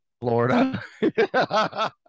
Florida